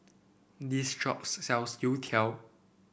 this shops sells Youtiao